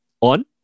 on